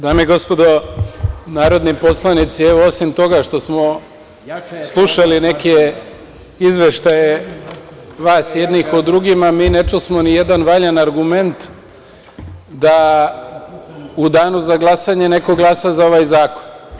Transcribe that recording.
Dame i gospodo narodni poslanici, osim toga što smo slušali neke izveštaje vas jednih o drugima, mi ne čusmo nijedan valjan argument da u danu za glasanje neko glasa za ovaj zakon.